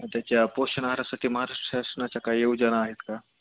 त्याच्या पोषण आहारासाठी महाराष्ट्र शासनाच्या काय योजना आहेत का